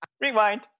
Rewind